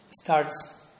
starts